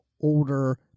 older